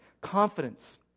Confidence